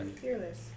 Fearless